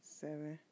seven